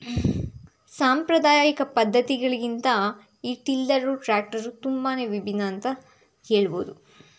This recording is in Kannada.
ಸಾಂಪ್ರದಾಯಿಕ ಪದ್ಧತಿಗಳಿಗಿಂತ ಈ ಟಿಲ್ಲರು ಟ್ರ್ಯಾಕ್ಟರು ತುಂಬಾ ವಿಭಿನ್ನ ಅಂತ ಹೇಳ್ಬೋದು